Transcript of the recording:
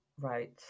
right